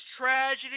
tragedy